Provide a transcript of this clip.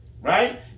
right